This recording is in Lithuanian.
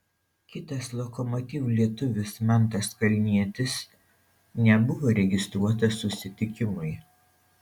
kitas lokomotiv lietuvis mantas kalnietis nebuvo registruotas susitikimui